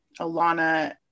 Alana